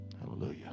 Hallelujah